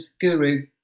Guru